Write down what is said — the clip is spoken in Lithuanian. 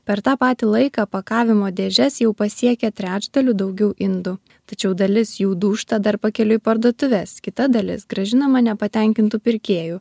per tą patį laiką pakavimo dėžes jau pasiekia trečdaliu daugiau indų tačiau dalis jų dūžta dar pakeliui į parduotuves kita dalis grąžinama nepatenkintų pirkėjų